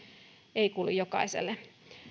ei kuulu jokaiselle